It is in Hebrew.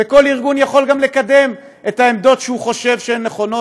וכל ארגון יכול גם לקדם את העמדות שהוא חושב שהן נכונות,